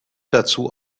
dazu